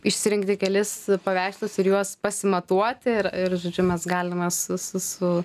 išsirinkti kelis paveikslus ir juos pasimatuoti ir ir žodžiu mes galime su su su su